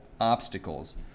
obstacles